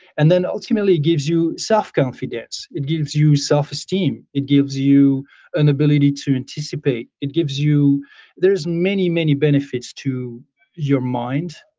and then ultimately it gives you self confidence, it gives you self esteem, it gives you an ability to anticipate. it gives you there's many, many benefits to your mind